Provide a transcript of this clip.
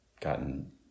gotten